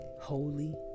holy